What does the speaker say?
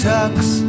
Tucks